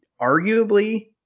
arguably